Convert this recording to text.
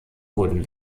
wurden